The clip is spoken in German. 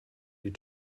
die